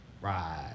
Right